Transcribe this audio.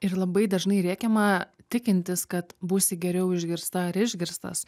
ir labai dažnai rėkiama tikintis kad būsi geriau išgirsta ar išgirstas